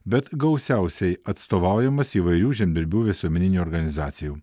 bet gausiausiai atstovaujamas įvairių žemdirbių visuomeninių organizacijų